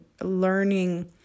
learning